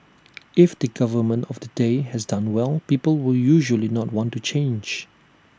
if the government of the day has done well people will usually not want to change